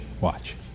Watch